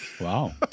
Wow